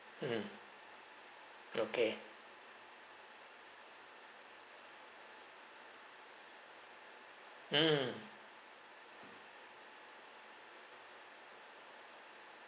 mm okay mm